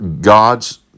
God's